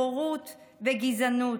בורות וגזענות.